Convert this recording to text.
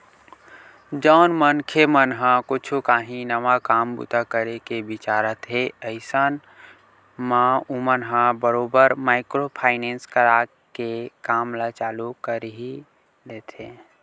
जउन मनखे मन ह कुछ काही नवा काम बूता करे के बिचारत हे अइसन म ओमन ह बरोबर माइक्रो फायनेंस करा के काम ल चालू कर ही लेथे